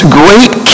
great